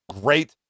Great